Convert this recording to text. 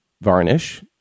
varnish